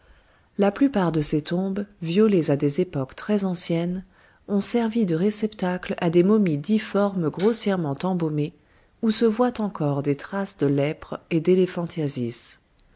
la plupart de ces tombes violées à des époques très anciennes ont servi de réceptacle à des momies difformes grossièrement embaumées où se voient encore des traces de lèpre et